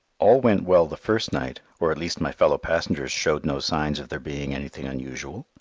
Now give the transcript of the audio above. all went well the first night, or at least my fellow passengers showed no signs of there being anything unusual,